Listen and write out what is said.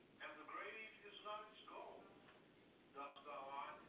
and the grave is not its goal dust thou art,